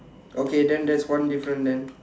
okay then that's one difference then